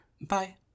Bye